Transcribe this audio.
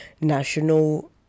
national